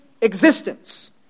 existence